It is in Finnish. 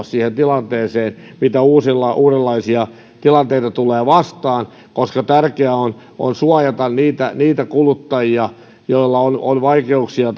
siihen tilanteeseen mitä uudenlaisia tilanteita tulee vastaan koska tärkeää on on suojata niitä niitä kuluttajia joilla on on vaikeuksia